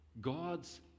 God's